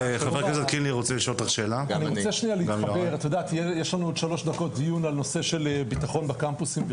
יש לנו עוד שלוש דקות דיון בנושא של בטחון בקמפוסים,